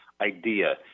idea